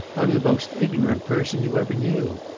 i'm the most ignorant person you ever knew.